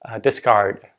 discard